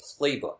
playbook